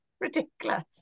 ridiculous